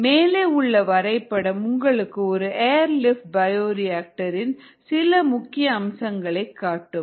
மேலே உள்ள வரைபடம் உங்களுக்கு ஒரு ஏர் லிப்ட் பயோரிஆக்டர் இன் சில முக்கியமான அம்சங்களை காட்டும்